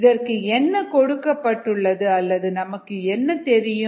இதற்கு என்ன கொடுக்கப்பட்டுள்ளது அல்லது நமக்கு என்ன தெரியும்